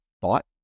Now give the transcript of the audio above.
thought